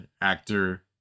actor